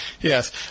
yes